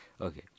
Okay